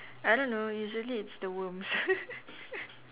I don't know usually it's the worms